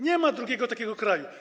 Nie ma drugiego takiego kraju.